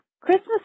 christmas